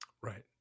right